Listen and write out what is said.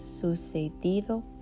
sucedido